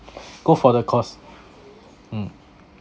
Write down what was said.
go for the course mm